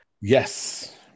Yes